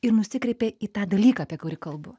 ir nusikreipė į tą dalyką apie kurį kalbu